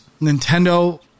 Nintendo